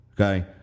Okay